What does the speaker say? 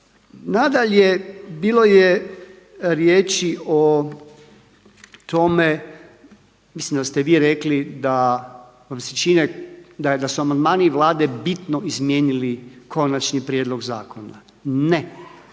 Nadalje, bilo je riječi o tome, mislim da ste vi rekli da vam se čini da su amandmani Vlade bitno izmijenili konačni prijedlog zakona. Ne,